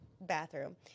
bathroom